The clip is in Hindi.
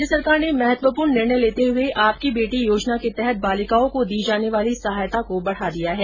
राज्य सरकार ने महत्वपूर्ण निर्णय लेते हुए आपकी बेटी योजना के तहत बालिकाओं को दी जाने वाली सहायता को बढा दिया है